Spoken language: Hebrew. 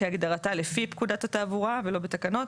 כהגדרתה לפי פקודת התעבורה ולא בתקנות.